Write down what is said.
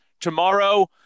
tomorrow